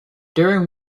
during